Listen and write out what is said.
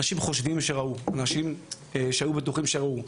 אנשים חושבים שראו, אנשים שהיו בטוחים שראו.